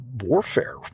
warfare